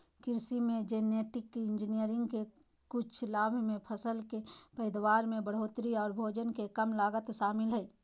कृषि मे genetic engineering के कुछ लाभ मे फसल के पैदावार में बढ़ोतरी आर भोजन के कम लागत शामिल हय